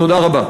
תודה רבה.